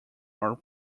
are